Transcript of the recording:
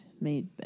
made